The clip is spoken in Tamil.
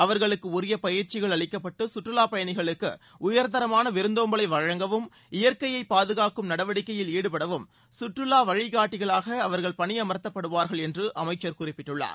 அவர்களுக்கு உரிய பயிற்சிகள் அளிக்கப்பட்டு சுற்றுவா பயணிகளுக்கு உயர்தரமான விருந்தோம்பலை வழங்கவும் இயற்கையை பாதுகாக்கும் நடவடிக்கையில் ஈடுபடவும் சுற்றுலா வழிகாட்டிகளாக அவர்கள் பணி என்று அமைச்சர் குறிப்பிட்டுள்ளார்